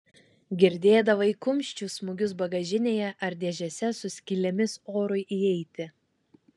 girdėdavai kumščių smūgius bagažinėje ar dėžėse su skylėmis orui įeiti